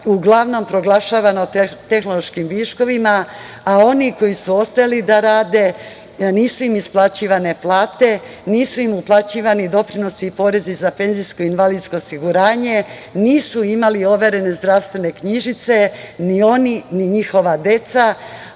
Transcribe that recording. uglavnom proglašavano tehnološkim viškovima, a oni koji su ostali da rade nisu im isplaćivane plate, nisu im uplaćivani doprinosi i porezi za PIO, nisu imali overene zdravstvene knjižice ni oni, ni njihova deca,